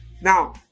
Now